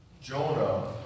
Jonah